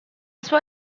sua